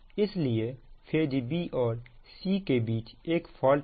इसलिए phase b और c के बीच एक फॉल्ट है